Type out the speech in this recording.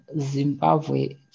Zimbabwe